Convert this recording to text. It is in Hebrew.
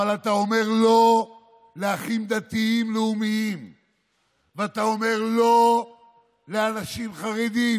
אבל אתה אומר לא לאחים דתיים-לאומיים ואתה אומר לא לאנשים חרדים.